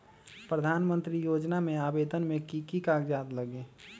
प्रधानमंत्री योजना में आवेदन मे की की कागज़ात लगी?